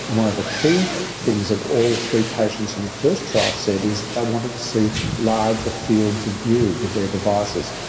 and one of the key things that all three patients in the first trials said is that they wanted to see larger fields of view with their devices,